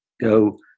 go